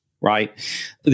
right